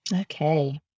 Okay